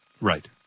right